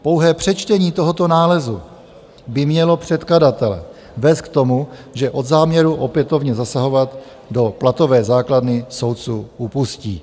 Pouhé přečtení tohoto nálezu by mělo předkladatele vést k tomu, že od záměru opětovně zasahovat do platové základny soudců upustí.